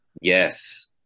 Yes